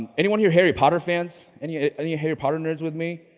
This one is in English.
anyone here harry potter fans? and yeah any harry potter nerds with me?